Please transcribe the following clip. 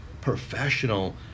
professional